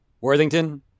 Worthington